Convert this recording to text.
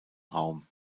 raum